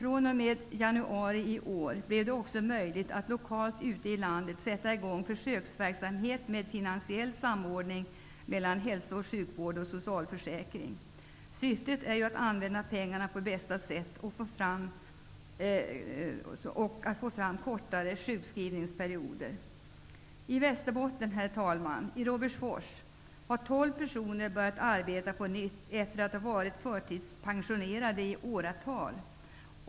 fr.o.m. januari i år blev det också möjligt att lokalt ute i landet påbörja försöksverksamhet med finansiell samordning mellan hälso och sjukvård och socialförsäkring. Syftet är ju att använda pengarna på bästa sätt och att få fram kortare sjukskrivningsperioder. I Robertsfors i Västerbotten har tolv personer börjat arbeta på nytt efter att ha varit förtidspensionerade i åratal.